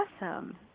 Awesome